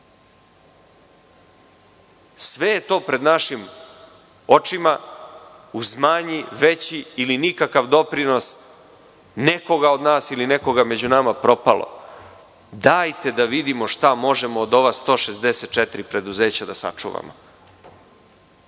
dve. Sve je to pred našim očima uz manji, veći ili nikakav doprinos nekoga od nas ili nekoga među nama propalo. Dajte da vidimo šta možemo od ova 164 preduzeća da sačuvamo. Dakle,